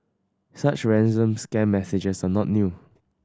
such ransom scam messages are not new